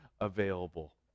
available